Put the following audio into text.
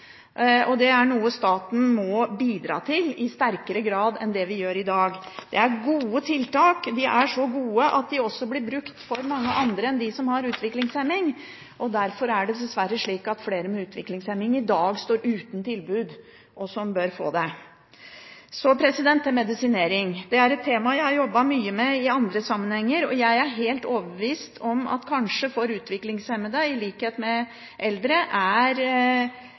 og det er noe staten må bidra til i sterkere grad enn den gjør i dag. Det er gode tiltak. De er så gode at de også blir brukt for mange andre enn dem som har utviklingshemning, og derfor er det dessverre slik at flere med utviklingshemning som bør få tilbud, i dag står uten. Så til medisinering. Det er et tema jeg har jobbet mye med i andre sammenhenger, og jeg er helt overbevist om at for utviklingshemmede, i likhet med for eldre, er